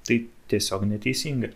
tai tiesiog neteisinga